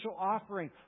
offering